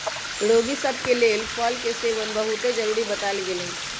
रोगि सभ के लेल फल के सेवन बहुते जरुरी बतायल गेल हइ